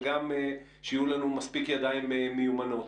וגם שיהיו לנו מספיק ידיים מיומנות.